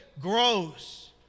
grows